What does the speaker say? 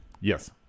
yes